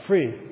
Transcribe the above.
Free